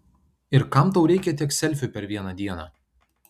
ir kam tau reikia tiek selfių per vieną dieną